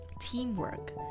teamwork